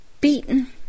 Beaten